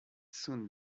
soon